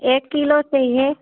एक किलो चाहिए